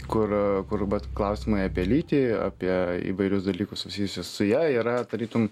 kur kur vat klausimai apie lytį apie įvairius dalykus susijusius su ja yra tarytum